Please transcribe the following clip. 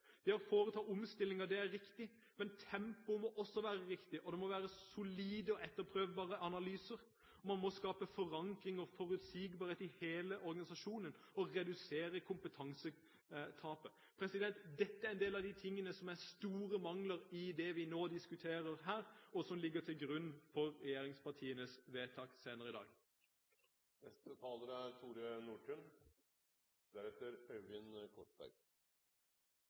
Det å foreta omstillinger er riktig, men tempoet må også være riktig, og det må være solide og etterprøvbare analyser. Man må skape forankring og forutsigbarhet i hele organisasjonen og redusere kompetansetapet. Dette er en del av de tingene som det er store mangler ved i det vi nå diskuterer, og som ligger til grunn for regjeringspartienes vedtak senere i dag.